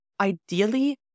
ideally